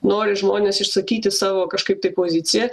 nori žmonės išsakyti savo kažkaip tai poziciją